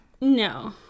no